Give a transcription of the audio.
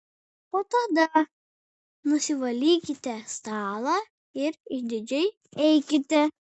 o tada nusivalykite stalą ir išdidžiai eikite